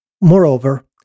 Moreover